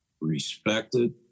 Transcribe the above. respected